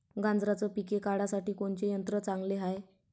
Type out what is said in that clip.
गांजराचं पिके काढासाठी कोनचे यंत्र चांगले हाय?